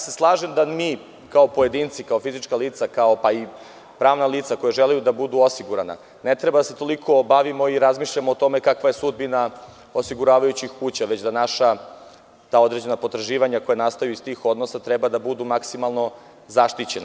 Slažem se da mi kao pojedinci, kao fizička lica, kao pravna lica koji žele da budu osigurani, ne treba da se toliko bavimo i da razmišljamo o tome kakva je sudbina osiguravajućih kuća već da naša određena potraživanja koja nastaju iz tih odnosa treba da budu maksimalno zaštićena.